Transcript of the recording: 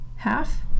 Half